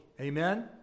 Amen